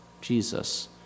Jesus